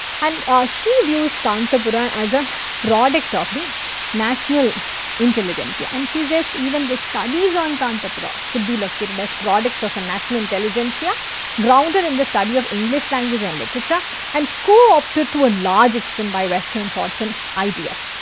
and ah she views kanthapura as a product of the national intelligentsia. and she says even the studies on kanthapura could be located as products of a national intelligentsia grounded in the study of english language and literature and coopted to a large extent by western thoughts and ideas.